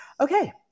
Okay